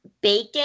bacon